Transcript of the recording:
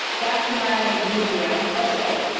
back to my use react website.